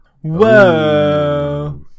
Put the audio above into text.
Whoa